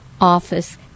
office